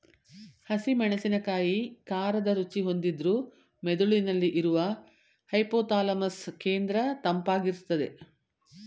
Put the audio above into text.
ಹಸಿ ಮೆಣಸಿನಕಾಯಿ ಖಾರದ ರುಚಿ ಹೊಂದಿದ್ರೂ ಮೆದುಳಿನಲ್ಲಿ ಇರುವ ಹೈಪೋಥಾಲಮಸ್ ಕೇಂದ್ರ ತಂಪಾಗಿರ್ಸ್ತದೆ